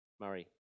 Murray